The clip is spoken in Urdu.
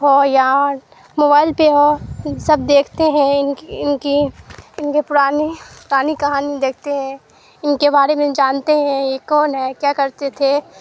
ہو یا موبائل پہ ہو سب دیکھتے ہیں ان کی ان کی ان کے پرانی پرانی کہانی دیکھتے ہیں ان کے بارے میں جانتے ہیں یہ کون ہے کیا کرتے تھے